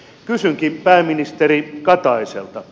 kysynkin pääministeri kataiselta